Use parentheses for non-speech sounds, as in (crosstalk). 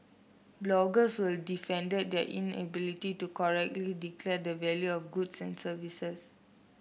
bloggers who (unintelligible) defended their inability to correctly declare the value of goods and services